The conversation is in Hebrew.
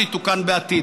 זה יתוקן בעתיד.